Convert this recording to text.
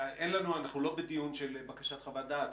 אנחנו לא בדיון של בקשת חוות דעת,